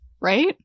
right